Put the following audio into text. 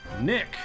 Nick